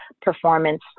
performance